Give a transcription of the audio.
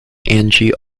angie